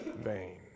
vain